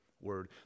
word